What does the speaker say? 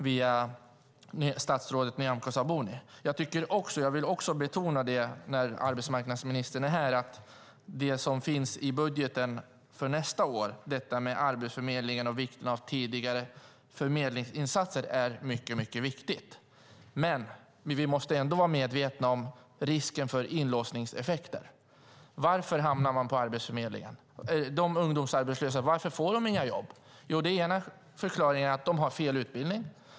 När arbetsmarknadsministern är här vill jag också betona det som finns i budgeten för nästa år. Det gäller Arbetsförmedlingen, där tidiga förmedlingsinsatser är mycket viktigt. Men vi måste ändå vara medvetna om risken för inlåsningseffekter. Varför hamnar de ungdomsarbetslösa hos Arbetsförmedlingen? Varför får de inga jobb? Den ena förklaringen är att de har fel utbildning.